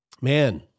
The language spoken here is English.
man